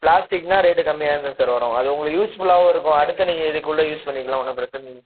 ப்ளாஸ்டிக்னா rate கம்மியாக தான் sir வரும் அது உங்களுக்கு யூஸ்ஃபுல்லாவும் இருக்கும் அடுத்து நீங்கள் இதுக்குள்ளே யூஸ் பண்ணிக்கலாம் ஒன்றும் பிரச்சினல்ல